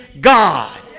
God